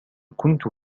كنت